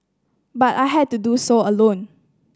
but I had to do so alone